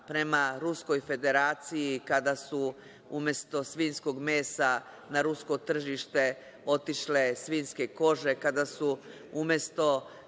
prema Ruskoj Federaciji, kada su umesto svinjskog mesta na rusko tržište otišle svinjske kože, kada su umesto